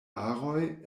aroj